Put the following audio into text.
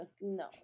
No